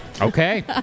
Okay